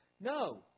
No